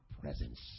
presence